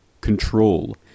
control